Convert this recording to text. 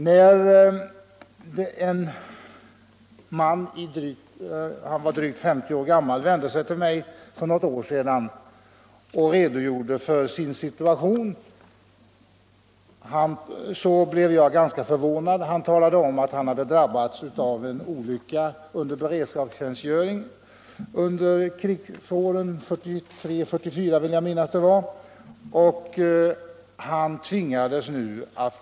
När för något år sedan en drygt 50 år gammal man vände sig till mig och redogjorde för sin situation, blev jag ganska förvånad. Han talade om att han vid beredskapstjänstgöring under krigsåren hade drabbats av en olycka. Jag vill minnas att det var 1943 eller 1944.